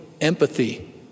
empathy